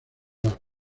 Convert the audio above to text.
las